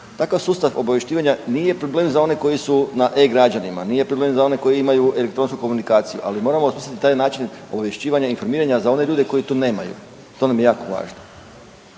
Takav sustav obavješćivanja nije problem za one koji su na E-građanima, nije problem za one koji imaju elektronsku komunikaciju, ali moramo na taj način obavješćivanja i informiranja za one ljudi koji to nemaju, to nam je jako važno.